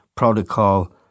Protocol